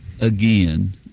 again